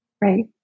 Right